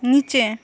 নিচে